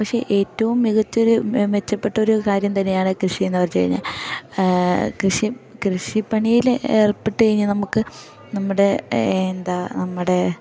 പക്ഷേ ഏറ്റവും മികച്ചൊരു മെച്ചപ്പെട്ടൊരു കാര്യം തന്നെയാണ് കൃഷിയെന്നു വെച്ചു കഴിഞ്ഞാൽ കൃഷി കൃഷിപ്പണിയിൽ ഏർപ്പെട്ടു കഴിഞ്ഞാൽ നമുക്ക് നമ്മുടെ എന്താ നമ്മുടെ